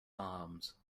arms